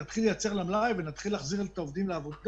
נתחיל לייצר למלאי ונתחיל להחזיר את העובדים לעבודה